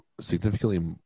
significantly